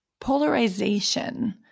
Polarization